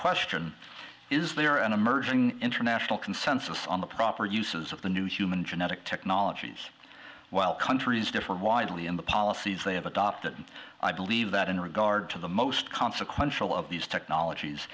question is there an emerging international consensus on the proper uses of the new human genetic technologies while countries differ widely in the policies they have adopted and i believe that in regard to the most consequential of these technologies